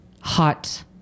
hot